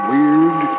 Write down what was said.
Weird